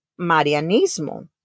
Marianismo